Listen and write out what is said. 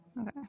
Okay